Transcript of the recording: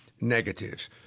negatives